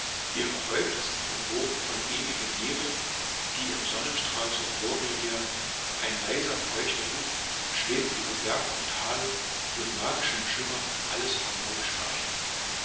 ihre häupter sind umwogen von ewigen nebeln die ihm sonnenstrahl zur glorie werden ein leiser feuchter duft schwebt über berg und tal mit magischem schimmer alles harmonisch vereinend